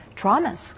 traumas